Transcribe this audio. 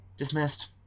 Dismissed